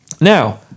Now